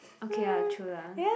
okay ah true lah